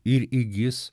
ir įgis